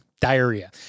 diarrhea